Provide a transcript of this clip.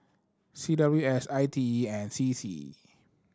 C W S I T E and C C